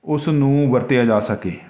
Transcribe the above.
ਉਸ ਨੂੰ ਵਰਤਿਆ ਜਾ ਸਕੇ